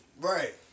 Right